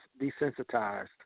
desensitized